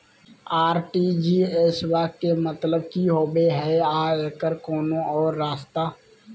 RTGS बा के मतलब कि होबे हय आ एकर कोनो और रस्ता?